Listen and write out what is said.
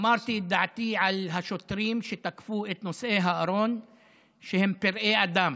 אמרתי את דעתי על השוטרים שתקפו את נושאי הארון שהם פראי אדם.